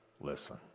listen